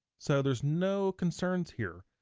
so there's no concerns here.